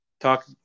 Talk